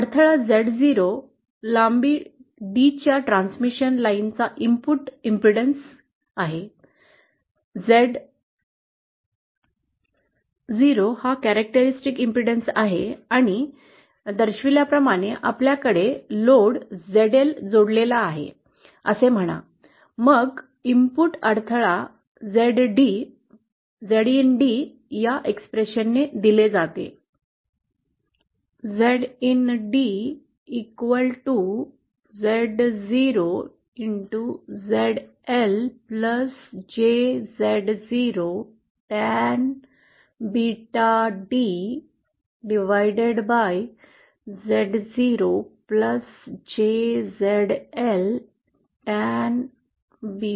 अडथळा Z0 लांबी D च्या ट्रान्समिशन लाईनचा इनपुट अडथळा वैशिष्ट्यपूर्ण अडथळा Z0 आहे आणि दर्शविल्याप्रमाणे आपल्याकडे लोड zL जोडलेले आहे असे म्हणा मग इनपुट अडथळा ZD Z inD या अभिव्यक्तीद्वारे दिले जाते